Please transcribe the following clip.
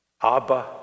Abba